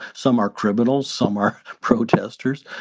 some are criminals, some are protesters.